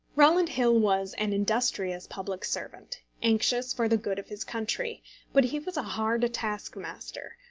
rowland hill was an industrious public servant, anxious for the good of his country but he was a hard taskmaster,